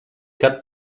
kad